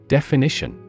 Definition